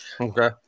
okay